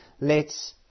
lets